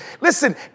Listen